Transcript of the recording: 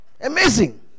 Amazing